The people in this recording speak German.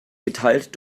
geteilt